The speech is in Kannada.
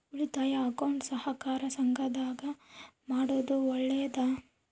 ಉಳಿತಾಯ ಅಕೌಂಟ್ ಸಹಕಾರ ಸಂಘದಾಗ ಮಾಡೋದು ಒಳ್ಳೇದಾ?